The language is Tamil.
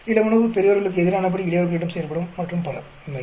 சில உணவு பெரியோர்களுக்கு எதிரானபடி இளையவர்களிடம் செயல்படும் மற்றும் பல உண்மையில்